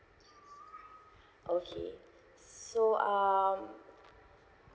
okay so um